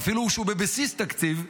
ואפילו שהוא בבסיס תקציב,